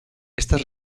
estas